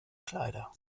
kleider